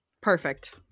Perfect